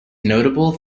notable